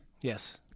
Yes